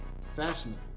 fashionable